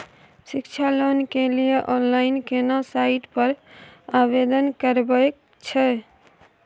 शिक्षा लोन के लिए ऑनलाइन केना साइट पर आवेदन करबैक छै?